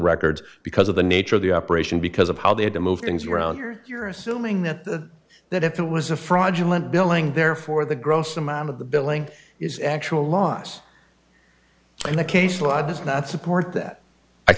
records because of the nature of the operation because of how they had to move things around or you're assuming that that if it was a fraudulent billing therefore the gross amount of the billing is actual loss in the case law does not support that i